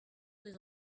des